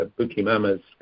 Bukimama's